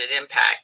impact